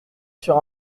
sur